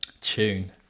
tune